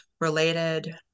related